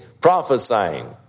prophesying